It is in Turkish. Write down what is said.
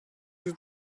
yüz